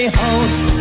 host